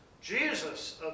Jesus